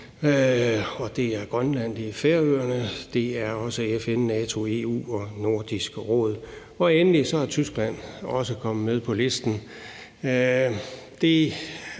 det er Færøerne, og det er også FN, NATO, EU og Nordisk Råd. Endelig er Tyskland også kommet med på listen.